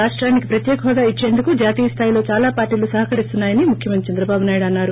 రాష్టానికి ప్రత్యేక హోదా ఇచ్చేందుకు జాతీయ స్లాయిలో చాలా పార్టీలు సహకరిస్తున్నాయని ముడఖ్యమంత్రి చంద్రబాబు నాయుడు అన్నారు